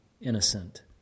innocent